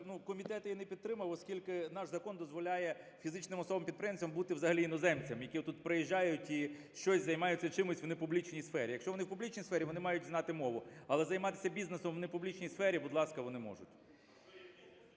комітет її не підтримав, оскільки наш закон дозволяє фізичним особам-підприємцям бути взагалі іноземцями, які тут приїжджають і щось, займаються чимось в непублічній сфері. Якщо вони в публічній сфері, вони мають знати мову, але займатися бізнесом в непублічній сфері, будь ласка, вони можуть.